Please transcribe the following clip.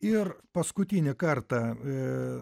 ir paskutinį kartą